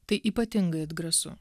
tai ypatingai atgrasu